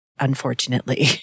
Unfortunately